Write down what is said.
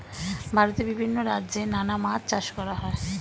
ভারতে বিভিন্ন রাজ্যে নানা মাছ চাষ করা হয়